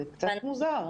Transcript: זה קצת מוזר.